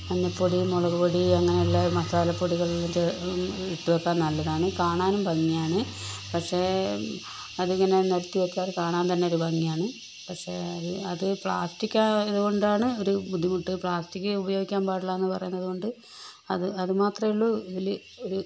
മഞ്ഞൾപ്പൊടി മുളക്പൊടി അങ്ങനെയുള്ള മസാലപ്പൊടികളെല്ലാം ഇട്ടുവെക്കാൻ നല്ലതാണ് കാണാനും ഭംഗിയാണ് പക്ഷേ അതിങ്ങനെ നിരത്തി വെച്ചാൽ കാണാൻ തന്നെ ഒരു ഭംഗിയാണ് പക്ഷേ അത് പ്ലാസ്റ്റിക് ആയതുകൊണ്ടാണ് ഒരു ബുദ്ധിമുട്ട് പ്ലാസ്റ്റിക് ഉപയോഗിക്കാൻ പാടില്ലാന്നു പറയുന്നത് കൊണ്ട് അത് അത് മാത്രമേ ഉള്ളൂ അതിൽ ഒരു